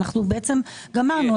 אנחנו בעצם גמרנו,